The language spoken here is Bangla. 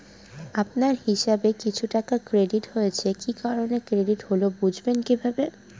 আপনার হিসাব এ কিছু টাকা ক্রেডিট হয়েছে কি কারণে ক্রেডিট হল বুঝবেন কিভাবে?